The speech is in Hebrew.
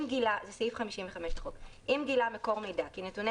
סעיף 55 לחוק: "אם גילה מקור מידע כי נתוני